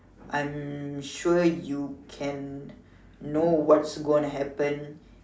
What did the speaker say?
I'm sure you can know what is going to happen